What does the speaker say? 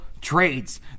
trades